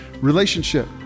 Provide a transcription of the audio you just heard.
relationship